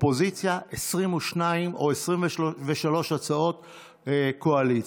אופוזיציה, 22 או 23 הצעות קואליציה,